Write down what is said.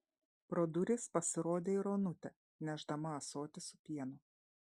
pro duris pasirodė ir onutė nešdama ąsotį su pienu